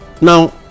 now